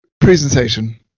presentation